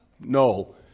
No